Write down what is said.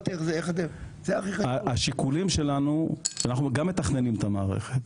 אנחנו גם מתכננים את המערכת,